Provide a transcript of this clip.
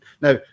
now